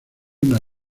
una